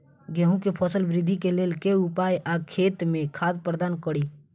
गेंहूँ केँ फसल वृद्धि केँ लेल केँ उपाय आ खेत मे खाद प्रदान कड़ी?